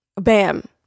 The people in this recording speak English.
Bam